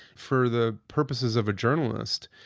for the purposes of a journalist,